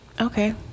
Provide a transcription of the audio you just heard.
okay